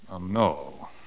no